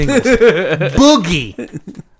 Boogie